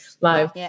live